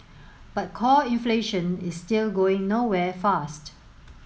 but core inflation is still going nowhere fast